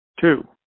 Two